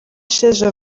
sheja